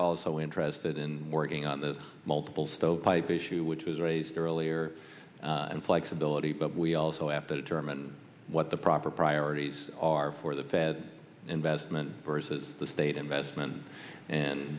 also interested in working on the multiple stovepipe issue which was raised earlier and flexibility but we also have to determine what the proper priorities are for the fed investment versus the state investment and